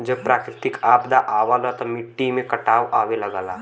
जब प्राकृतिक आपदा आवला त मट्टी में कटाव आवे लगला